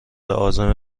عازم